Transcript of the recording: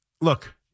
Look